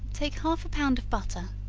take half a pound of butter,